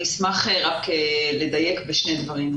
אני אשמח לדייק בשני דברים.